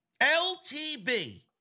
LTB